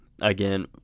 again